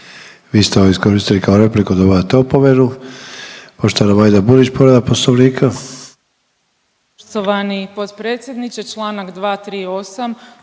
Vi ste ovo iskoristili kao repliku. Dobivate opomenu. Poštovana Majda Burić, povreda Poslovnika.